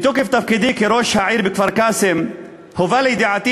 מתוקף תפקידי כראש העיר בכפר-קאסם הובא לידיעתי